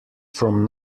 from